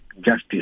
justice